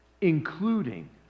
including